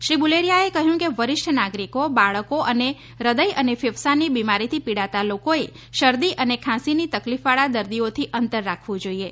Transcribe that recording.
શ્રી બુલેરીયાએ કહ્યું કે વરિષ્ટ નાગરિકો બાળકો અને હ્રદય અને ફેફસાંની બિમારીથી પીડાતા લોકોએ શરદી અને ખાંસીની તકલીફવાળા દર્દીઓથી અંતર રાખવું જોઇએ